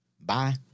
Bye